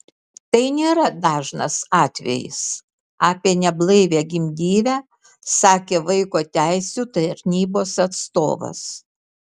tai nėra dažnas atvejis apie neblaivią gimdyvę sakė vaiko teisių tarnybos atstovas